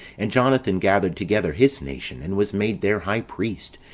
and jonathan gathered together his nation, and was made their high priest,